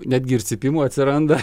netgi ir cypimų atsiranda